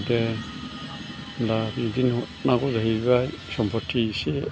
दे होनब्ला बिदिनो हरनांगौ जाहैबाय सम्पथि एसे